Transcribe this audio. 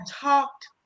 talked